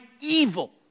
evil